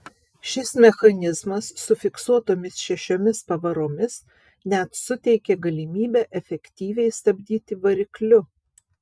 šis mechanizmas su fiksuotomis šešiomis pavaromis net suteikė galimybę efektyviai stabdyti varikliu